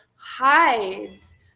hides